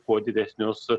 kuo didesnius